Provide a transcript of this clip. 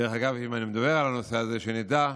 דרך אגב, אם אני מדבר על הנושא הזה, שנדע,